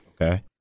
Okay